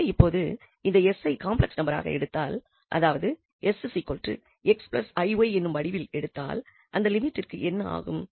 எனவே இப்பொழுது இந்த 𝑠 ஐ காம்ப்ளெக்ஸ் நம்பராக எடுத்தால் அதாவது 𝑠 𝑥 𝑖𝑦 என்னும் வடிவில் எடுத்தால் அந்த லிமிட்டிற்கு என்ன ஆகும்